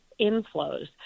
inflows